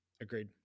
agreed